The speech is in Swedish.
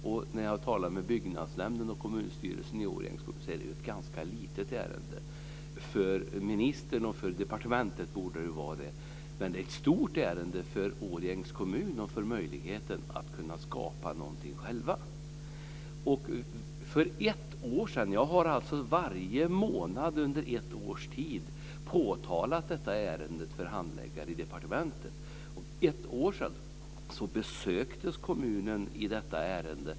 Jag har talat med byggnadsnämnden och kommunstyrelsen i Årjängs kommun. Det är ett ganska litet ärende. För ministern och departementet borde det vara det. Men det är ett stort ärende för Årjängs kommun och för möjligheten att kunna skapa någonting själv. Jag har varje månad under ett års tid påtalat ärendet för handläggare på departementet. För ett år sedan besöktes kommunen i detta ärende.